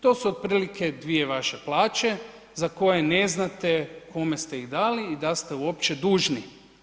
To su otprilike dvije vaše plaće za koje ne znate kome ste ih dali i da ste uopće dužni.